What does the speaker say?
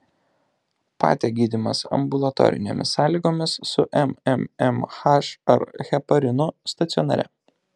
pate gydymas ambulatorinėmis sąlygomis su mmmh ar heparinu stacionare